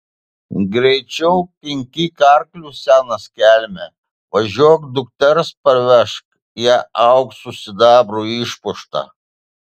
greičiau kinkyk arklius senas kelme važiuok dukters parvežk ją auksu sidabru išpuoštą